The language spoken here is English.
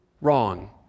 wrong